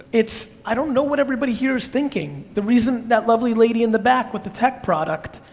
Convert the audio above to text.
it's, i don't know what everybody here is thinking, the reason that lovely lady in the back with the tech product,